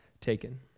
taken